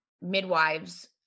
midwives